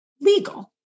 legal